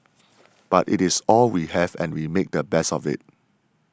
but it is all we have and we make the best of it